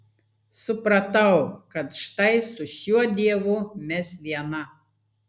supratau kad štai su šiuo dievu mes viena